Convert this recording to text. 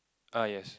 err yes